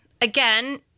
again